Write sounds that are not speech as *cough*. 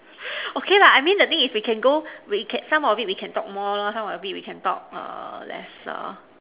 *noise* okay lah I mean the thing is we can go we can some of it we talk more lor some of it we can talk err lesser